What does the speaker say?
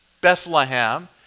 Bethlehem